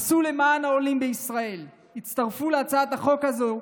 עשו למען העולים לישראל, הצטרפו להצעת החוק הזו,